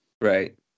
Right